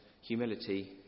humility